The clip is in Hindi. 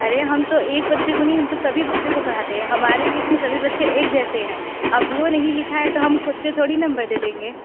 अरे हम तो एक बच्चे को नहीं सभी बच्चों को पढाते है हमारे लिए तो सभी बच्चे एक जैसे हैं अब वो नहीं लिखा है तो हम ख़ुद से थोड़ी नंबर दे देंगे